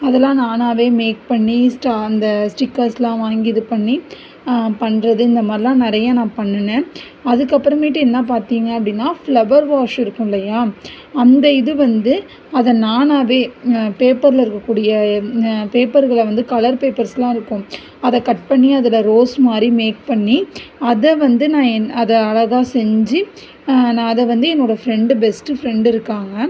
அதெலாம் நானாகவே மேக் பண்ணி ஸ்டா அந்த ஸ்டிக்கர்ஸ்லாம் வாங்கி இது பண்ணி பண்ணுறது இந்த மாதிரிலாம் நிறைய நான் பண்ணினேன் அதுக்கப்புறமேட்டு என்ன பார்த்திங்க அப்படின்னா ஃப்ளவர் வாஷ் இருக்கும் இல்லையா அந்த இது வந்து அதை நானாகவே பேப்பர்ல இருக்கக்கூடிய பேப்பர்கள்ல வந்து கலர் பேப்பர்ஸ்லாம் இருக்கும் அதை கட் பண்ணி அதில் ரோஸ் மாதிரி மேக் பண்ணி அத வந்து நான் என் அதை அழகா செஞ்சு நான் அதை வந்து என்னோடய ஃப்ரெண்டு பெஸ்ட்டு ஃப்ரெண்டு இருக்காங்கள்